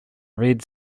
red